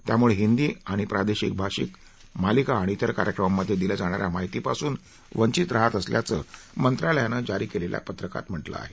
त्यामुळे हिंदी आणि प्रादेशिक भाषिक मालिका आणि इतर कार्यक्रमांमध्ये दिल्या जाणाऱ्या माहितीपासून वंचित राहात असल्याचं मंत्रालयानं जारी केलेल्या पत्रकात म्हटलं आहे